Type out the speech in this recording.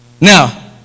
Now